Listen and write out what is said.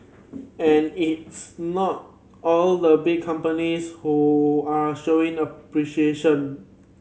and it's not all the big companies who are showing appreciation